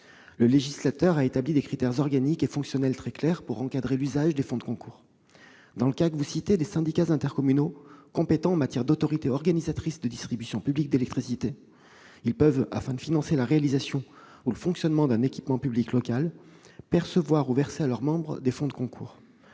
Le législateur a établi des critères organiques et fonctionnels très clairs pour encadrer l'usage des fonds de concours. Dans le cas que vous citez des syndicats intercommunaux compétents en matière d'autorité organisatrice de la distribution publique d'électricité, ceux-ci peuvent, afin de financer la réalisation ou d'assurer le fonctionnement d'un équipement public local, percevoir ou verser à leurs membres des fonds de concours.